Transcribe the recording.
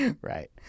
Right